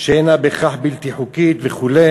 שאינה בהכרח בלתי חוקית וכו'.